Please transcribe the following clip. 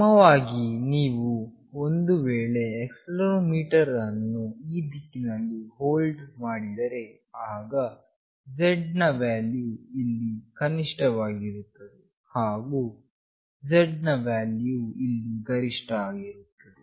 ಸಮಾನವಾಗಿ ನೀವು ಒಂದು ವೇಳೆ ಆಕ್ಸೆಲೆರೋಮೀಟರ್ ಅನ್ನು ಈ ದಿಕ್ಕಿನಲ್ಲಿ ಹೋಲ್ಡ್ ಮಾಡಿದರೆ ಆಗ Z ನ ವ್ಯಾಲ್ಯೂ ವು ಇಲ್ಲಿ ಕನಿಷ್ಠವಾಗಿರುತ್ತದೆ ಹಾಗು Z ನ ವ್ಯಾಲ್ಯೂವು ಇಲ್ಲಿ ಗರಿಷ್ಠ ಆಗಿರುತ್ತದೆ